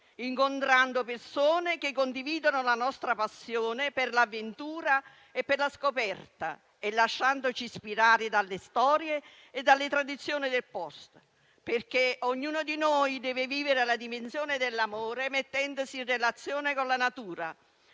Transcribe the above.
incontrando persone che condividono la nostra passione per l'avventura e per la scoperta e lasciandoci ispirare dalle storie e dalle tradizioni del posto, perché ognuno di noi deve vivere la dimensione dell'amore mettendosi in relazione con la natura